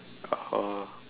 oh